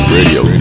Radio